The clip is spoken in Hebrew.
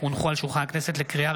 יעקב אשר ויצחק פינדרוס,